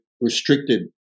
restricted